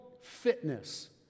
fitness